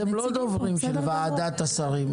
אתם לא דוברים של ועדת השרים,